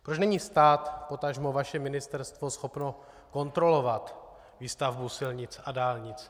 Proč není stát, potažmo vaše ministerstvo schopno kontrolovat výstavbu silnic a dálnic?